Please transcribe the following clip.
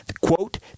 quote